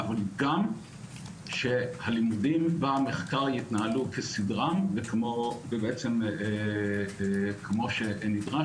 אבל גם שהלימודים במחקר יתנהלו כסדרם ובעצם כמו שנדרש,